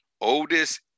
Oldest